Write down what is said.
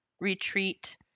retreat